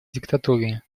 диктатуры